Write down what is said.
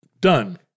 Done